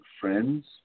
friends